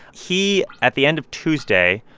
he, at the end of tuesday,